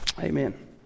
Amen